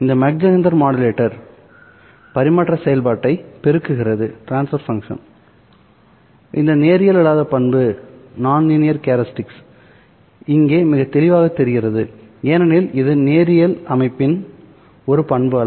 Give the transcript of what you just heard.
இந்த Mach Zehnder modulator பரிமாற்ற செயல்பாட்டை பெருக்குகிறது இந்த நேரியல் அல்லாத பண்பு இங்கே மிக தெளிவாகத் தெரிகிறது ஏனெனில் இது நேரியல் அமைப்பின் ஒரு பண்பு அல்ல